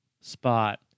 spot